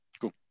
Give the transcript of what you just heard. Cool